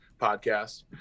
podcast